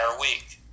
week